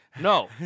No